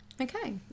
Okay